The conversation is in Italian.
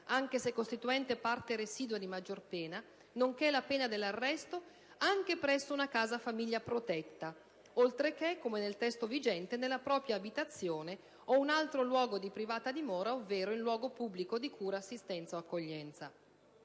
anche se costituente parte residua di maggior pena, nonché la pena dell'arresto, anche presso una casa-famiglia protetta, oltre che, come previsto dal testo vigente, nella propria abitazione o un altro luogo di privata dimora ovvero in luogo pubblico di cura, assistenza o accoglienza.